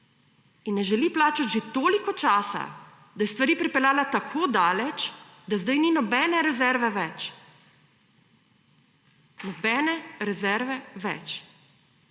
in ne želi plačat že toliko časa, da je stvari pripeljala tako daleč, da zdaj ni nobene rezerve več. Nobene rezerve več.